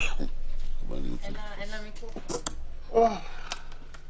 בוא נמשיך הלאה לנושא הבא.